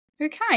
Okay